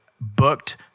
booked